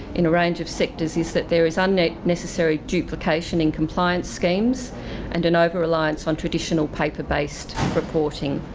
in a range of sectors, is that there is unnecessary duplication in compliance schemes and an over reliance on traditional paper-based reporting.